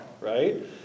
Right